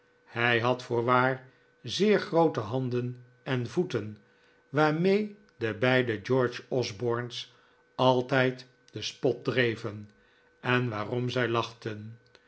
hij had voorwaar zeer groote handen en voeten waarmee de beide george osborne's altijd den spot dreven en waarom zij lachten